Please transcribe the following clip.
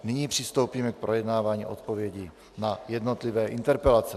Nyní přistoupíme k projednávání odpovědí na jednotlivé interpelace.